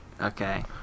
Okay